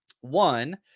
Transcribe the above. One